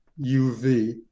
UV